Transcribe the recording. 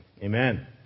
amen